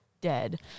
dead